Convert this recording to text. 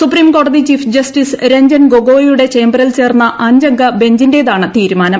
സുപ്രീംകോടതി chief justice Ranjan ഗൊഗോയിയുടെ ചേംബറിൽ ചേർന്ന അഞ്ചംഗ ബെഞ്ചിന്റേതാണ് തീരുമാനം